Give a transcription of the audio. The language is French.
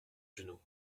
genoux